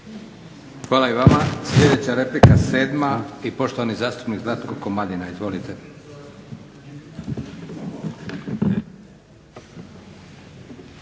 Hvala i vama. Sljedeća replika sedma i poštovani zastupnik Zlatko Komadina. **Komadina,